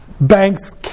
Banks